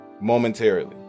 momentarily